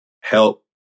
help